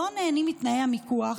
לא נהנים מתנאי המיקוח,